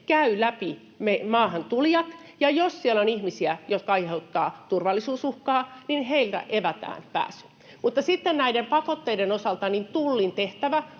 käy läpi maahantulijat, ja jos siellä on ihmisiä, jotka aiheuttavat turvallisuusuhkaa, niin heiltä evätään pääsy. Mutta sitten näiden pakotteiden osalta Tullin tehtävä